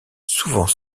souvent